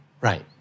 Right